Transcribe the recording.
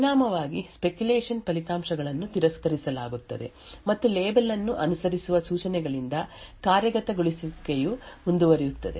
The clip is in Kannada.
ಪರಿಣಾಮವಾಗಿ ಸ್ಪೆಕ್ಯುಲೇಶನ್ ಫಲಿತಾಂಶಗಳನ್ನು ತಿರಸ್ಕರಿಸಲಾಗುತ್ತದೆ ಮತ್ತು ಲೇಬಲ್ ಅನ್ನು ಅನುಸರಿಸುವ ಸೂಚನೆಗಳಿಂದ ಕಾರ್ಯಗತಗೊಳಿಸುವಿಕೆಯು ಮುಂದುವರಿಯುತ್ತದೆ